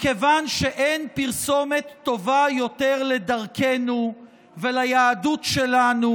מכיוון שאין פרסומת טובה יותר לדרכנו וליהדות שלנו